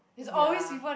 ya